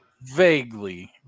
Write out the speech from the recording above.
Vaguely